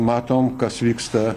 matom kas vyksta